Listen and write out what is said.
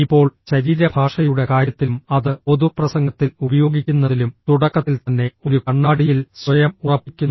ഇപ്പോൾ ശരീരഭാഷയുടെ കാര്യത്തിലും അത് പൊതുപ്രസംഗത്തിൽ ഉപയോഗിക്കുന്നതിലും തുടക്കത്തിൽ തന്നെ ഒരു കണ്ണാടിയിൽ സ്വയം ഉറപ്പിക്കുന്നു